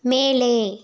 மேலே